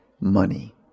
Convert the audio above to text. money